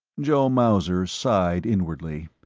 joe mauser sighed inwardly.